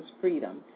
freedom